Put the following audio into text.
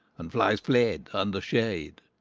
and flies fled under shade-why,